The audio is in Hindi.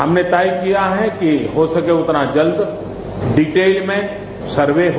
हमने तय किया है कि हो सके उतना जल्द डिटेल में सर्वे हो